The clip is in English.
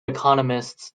economists